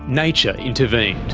nature intervened.